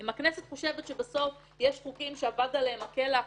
אם הכנסת חושבת שבסוף יש חוקים שאבד עליהם הכלח,